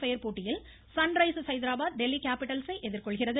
்பயர் போட்டியில் சன்ரைசர்ஸ் ஹைதராபாத் டெல்லி கேப்பிட்டல்ஸை எதிர்கொள்கிறது